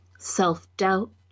self-doubt